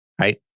right